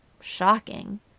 shocking